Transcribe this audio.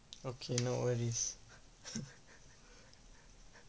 okay nowadays